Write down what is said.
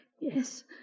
Yes